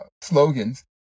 slogans